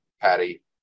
Patty